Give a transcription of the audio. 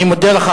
אני מודה לך,